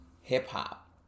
hip-hop